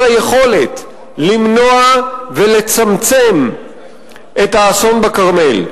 היכולת למנוע ולצמצם את האסון בכרמל.